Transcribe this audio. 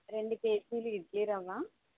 రెండు కేజీలు ఇడ్లీరవ్వ